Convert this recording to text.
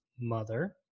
mother